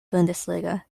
bundesliga